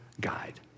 guide